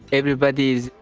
everybody's,